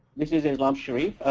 this is islam sharif.